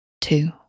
two